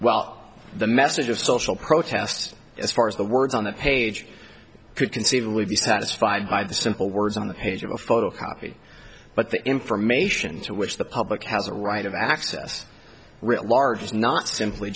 well the message of social protest as far as the words on the page could conceivably be satisfied by the simple words on the page of a photocopy but the information to which the public has a right of access